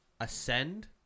ascend